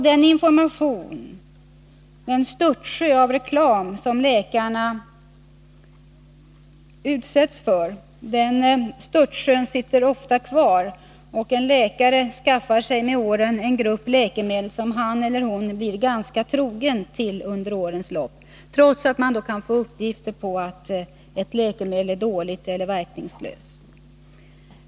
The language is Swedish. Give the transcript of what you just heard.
Den information — eller störtsjö av reklam — som läkaren en gång utsatts för sitter ofta kvar, och varje läkare skaffar sig med åren en grupp läkemedel som han eller hon blir ganska trogen, trots att uppgifter kan tyda på att ett läkemedel är dåligt eller verkningslöst.